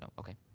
okay.